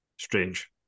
strange